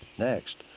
next,